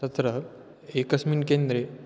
तत्र एकस्मिन् केन्द्रे